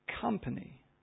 company